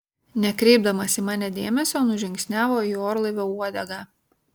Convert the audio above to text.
nekreipdamas į mane dėmesio nužingsniavo į orlaivio uodegą